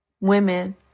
women